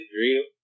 Drill